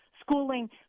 schooling